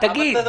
תגיד.